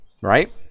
right